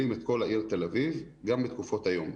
את כל העיר תל אביב גם בתקופות היום.